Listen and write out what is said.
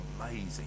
amazing